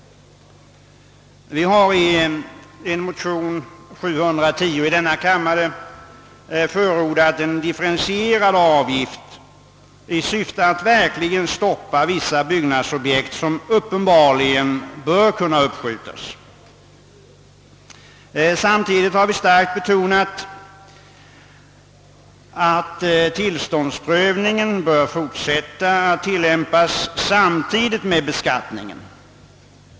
Vi har i en motion, nr 710 i denna kammare, förordat en differentierad avgift i syfte att verkligen stoppa vissa byggnadsobjekt som uppenbarligen bör kunna uppskjutas. Samtidigt har vi starkt betonat att tillståndsprövningen även i fortsättningen bör tillämpas, jämsides med beskattningen.